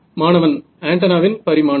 மாணவன் ஆன்டென்னாவின் பரிமாணம்